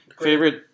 Favorite